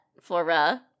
Flora